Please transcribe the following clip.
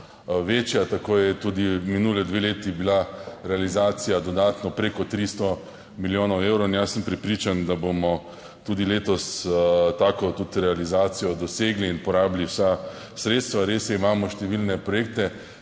večja, tako je tudi minuli dve leti bila realizacija dodatno preko 300 milijonov evrov. In jaz sem prepričan, da bomo tudi letos tako tudi realizacijo dosegli in porabili vsa sredstva. Res je, imamo številne projekte,